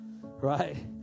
right